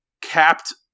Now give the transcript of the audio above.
capped